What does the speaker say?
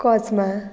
कोझमा